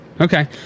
okay